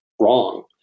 wrong